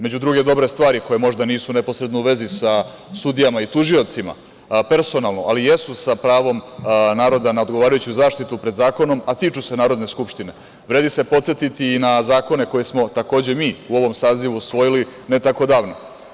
Među druge dobre stvari koje možda nisu neposredno u vezi sa sudijama i tužiocima personalno, ali jesu sa pravom naroda na odgovarajuću zaštitu pred zakonom, a tiču se Narodne skupštine, vredi se podsetiti i na zakone koje smo takođe mi u ovom sazivu usvojili ne tako davno.